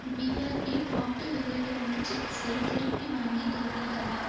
PRP puffed உருளைகிழங்கு சிப்ஸை திருப்பி வாங்கிக் கொள்வீர்களா